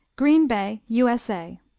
green bay u s a.